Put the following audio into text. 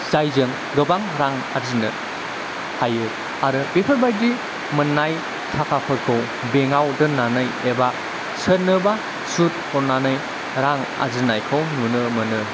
जायजों गोबां रां आरजिनो हायो आरो बेफोरबायदि मोननाय थाखाफोरखौ बेंकाव दोननानै एबा सोरनोबा सुथ हरनानै रां आरजिनायखौ नुनो मोनो